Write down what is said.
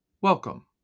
Welcome